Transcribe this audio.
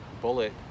bullet